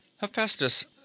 Hephaestus